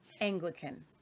Anglican